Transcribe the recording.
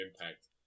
impact